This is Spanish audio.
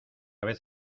vez